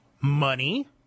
money